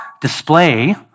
display